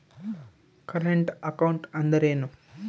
Current account ಅಂದರೇನು?